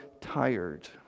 tired